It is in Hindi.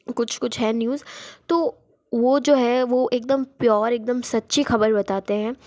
कुछ कुछ हैं न्यूज तो वह जो हैं वह एकदम प्योर एकदम सच्ची खबर बताते हैं